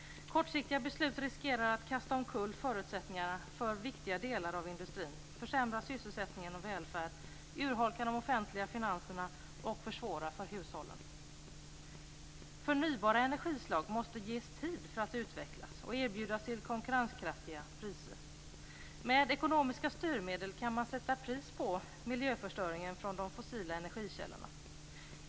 Kortsiktiga beslut riskerar att kasta omkull förutsättningarna för viktiga delar av industrin, försämra sysselsättning och välfärd, urholka de offentliga finanserna och försvåra för hushållen. Förnybara energislag måste ges tid för att utvecklas och erbjudas till konkurrenskraftiga priser. Med ekonomiska styrmedel kan man sätta pris på miljöförstöringen från de fossila energikällorna.